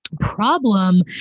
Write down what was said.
problem